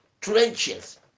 trenches